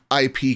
IP